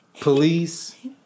Police